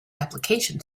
application